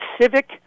civic